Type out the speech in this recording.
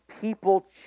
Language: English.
people